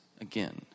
again